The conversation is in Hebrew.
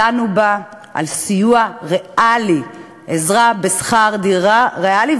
ודנו בה על סיוע ריאלי, עזרה בשכר דירה ריאלי.